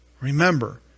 Remember